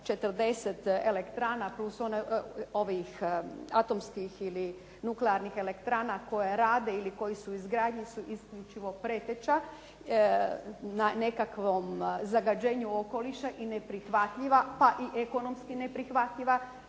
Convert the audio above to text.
440 elektrana plus ovih atomskih ili nuklearnih elektrana koje rade ili koji su u izgradnji su isključivo preteća nekakvom zagađenju okoliša i neprihvatljiva pa i ekonomski neprihvatljiva